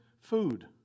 food